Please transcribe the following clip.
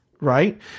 right